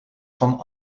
van